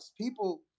people